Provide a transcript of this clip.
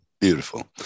Beautiful